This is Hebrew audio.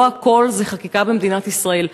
לא הכול זה חקיקה במדינת ישראל.